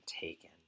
taken